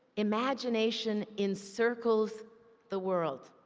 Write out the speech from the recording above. imagination encircles the world.